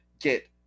get